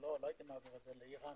לא מעביר את זה לאיראן